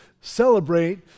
celebrate